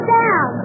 down